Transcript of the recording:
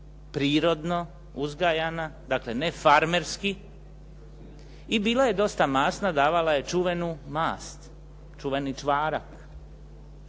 prirodno uzgajana, dakle ne farmerski i bila je dosta masna, davala je čuvenu mast, čuveni čvarak.